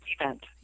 event